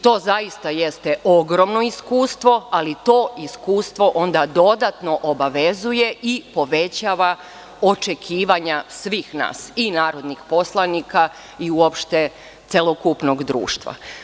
To zaista jeste ogromno iskustvo, ali to iskustvo onda dodatno obavezuje i povećava očekivanja svih nas, i narodnih poslanika, ali i uopšte celokupnog društva.